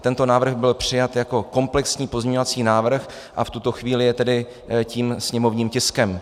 Tento návrh byl přijat jako komplexní pozměňovací návrh a v tuto chvíli je tedy tím sněmovním tiskem.